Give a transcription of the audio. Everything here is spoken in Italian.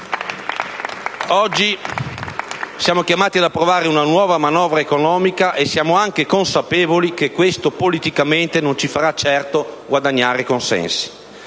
Oggi siamo chiamati ad approvare una nuova manovra economica e siamo anche consapevoli che questo politicamente non ci farà certo guadagnare consensi.